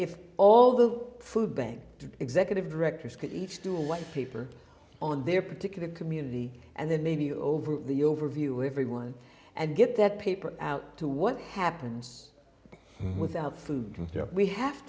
if all the food bank executive directors could each do a life paper on their particular community and then maybe over the overview of everyone and get that paper out to what happens without food we have